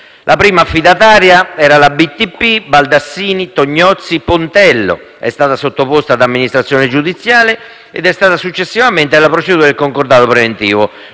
La prima affidataria dei lavori, la BTP SpA (Baldassini-Tognozzi-Pontello SpA), è stata sottoposta ad amministrazione giudiziale ed è stata successivamente ammessa alla procedura di concordato preventivo,